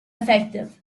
effective